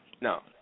no